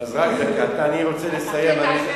אז רק רגע, אני רוצה לסיים.